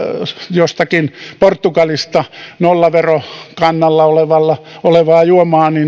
jostakin portugalista nollaverokannalla olevaa juomaa